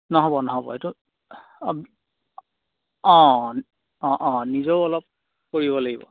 নহ'ব নহ'ব এইটো অঁ অঁ অঁ নিজেও অলপ কৰিব লাগিব